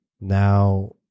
now